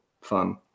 fun